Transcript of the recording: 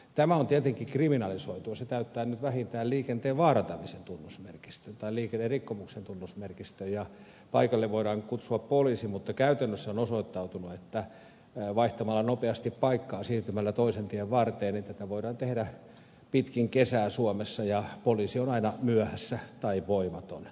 tämä on tietenkin kriminalisoitua se täyttää nyt vähintään liikenteen vaarantamisen tunnusmerkistön tai liikennerikkomuksen tunnusmerkistön ja paikalle voidaan kutsua poliisi mutta käytännössä on osoittautunut että vaihtamalla nopeasti paikkaa siirtymällä toisen tien varteen tätä voidaan tehdä pitkin kesää suomessa ja poliisi on aina myöhässä tai voimaton